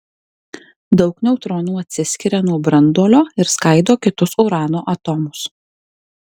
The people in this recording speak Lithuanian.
daug neutronų atsiskiria nuo branduolio ir skaido kitus urano atomus